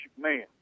man